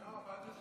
מתי קראת?